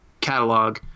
catalog